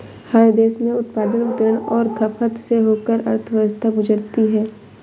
हर देश में उत्पादन वितरण और खपत से होकर अर्थव्यवस्था गुजरती है